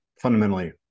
fundamentally